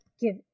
give